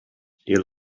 your